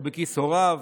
בכיס הוריו,